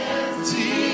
empty